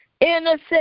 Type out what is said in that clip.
innocent